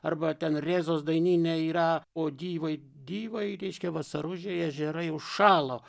arba ten rėzos dainyne yra o dyvai dyvai reiškia vasaružėje ežerai užšalo